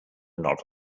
nod